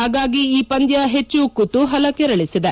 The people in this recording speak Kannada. ಹಾಗಾಗಿ ಈ ಪಂದ್ಯ ಹೆಚ್ಚು ಕುತೂಹಲ ಕೆರಳಿಸಿದೆ